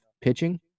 pitching